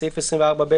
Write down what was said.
בסעיף 24(ב),